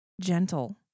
gentle